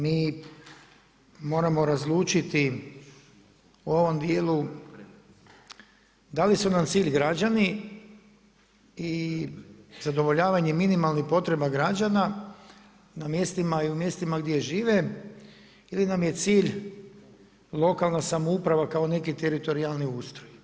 Mi moramo razlučiti o ovom dijelu da li su nam cilj građani i zadovoljavanje minimalnih potreba građana na mjestima i u mjestima gdje žive ili nam je cilj lokalna samouprava kao neki teritorijalni ustroj.